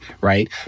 right